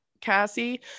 Cassie